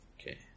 Okay